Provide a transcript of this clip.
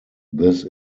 this